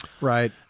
Right